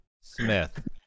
Smith